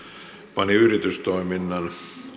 pani yritystoiminnan